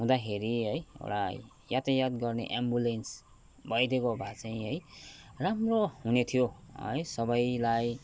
हुँदाखेरि है एउटा यातायात गर्ने एम्बुलेन्स भइदिएको भए चाहिँ है राम्रो हुनेथियो है सबैलाई